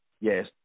yes